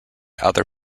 other